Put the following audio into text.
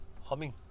humming